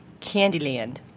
Candyland